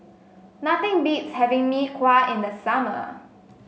nothing beats having Mee Kuah in the summer